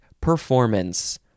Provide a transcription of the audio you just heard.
performance